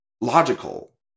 logical